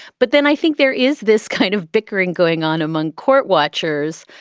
but then i think there is this kind of bickering going on among court watchers,